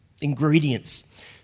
ingredients